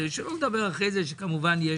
כמובן,